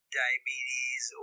diabetes